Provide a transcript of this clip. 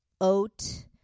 oat